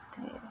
ਅਤੇ